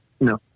No